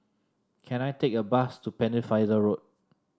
can I take a bus to Pennefather Road